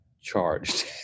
charged